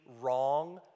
wrong